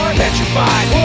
petrified